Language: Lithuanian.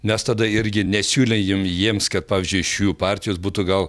mes tada irgi nesiūlė jiem jiems kad pavyzdžiui iš jų partijos būtų gal